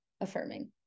affirming